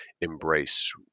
embrace